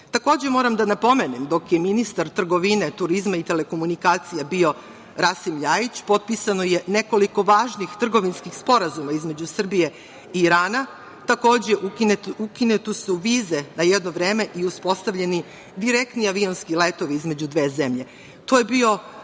Iran. Takođe, moram da napomenem, dok je ministar trgovine, turizma i telekomunikacija bio Rasim Ljajić, potpisano je nekoliko važnih trgovinskih sporazuma između Srbije i Irana. Takođe, ukinute su vize na jedno vreme i uspostavljeni direktni avionski letovi između dve zemlje.